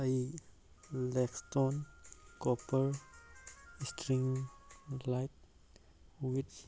ꯑꯩ ꯂꯦꯛꯁꯇꯣꯟ copper string light with